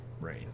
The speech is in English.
rain